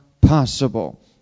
possible